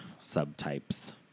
subtypes